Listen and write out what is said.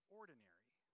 ordinary